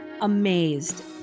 amazed